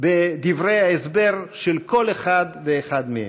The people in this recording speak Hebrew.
בדברי ההסבר של כל אחד ואחד מהם.